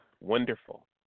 Wonderful